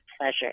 pleasure